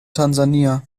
tansania